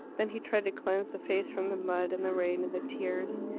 then he tried to cleanse the face from the mud and the rain and the tears.